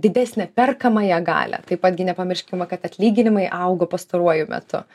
didesnę perkamąją galią taip pat gi nepamirškime kad atlyginimai augo pastaruoju metu